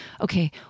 Okay